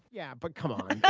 yeah, but come on,